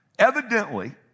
Evidently